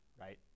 right